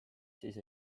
siis